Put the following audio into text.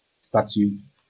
statutes